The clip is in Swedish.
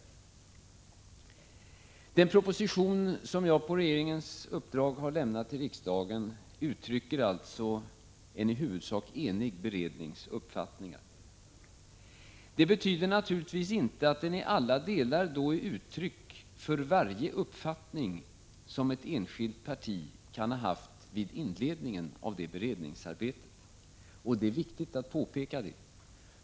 I den proposition som jag på regeringens uppdrag har lämnat till riksdagen redovisas alltså en i huvudsak enig berednings uppfattningar. Det betyder naturligtvis inte att propositionen i alla delar är uttryck för varje uppfattning som ett enskilt parti kan ha haft vid inledningen av beredningsarbetet — och det är viktigt att påpeka.